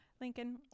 Lincoln